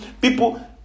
people